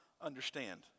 understand